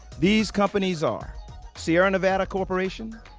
these companies are sierra nevada corporation,